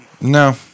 No